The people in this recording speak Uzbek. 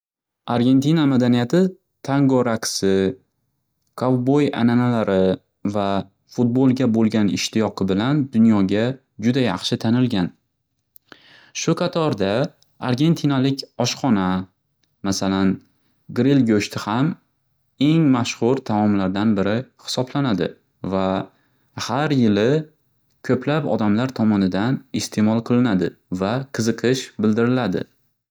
Argentina madaniyati tango raqsi, kovboy ananalari va futbolga bo'lgan ishtiyoqi bilan dunyoga juda yaxshi tanilgan. Shu qatorda argentinalik oshxona masalan, gril go'shti ham eng mashxur taomlardan biri hisoblanadi va har yili ko'plab odamlar tomonidan iste'mol qilinadi va qiziqish bildiriladi.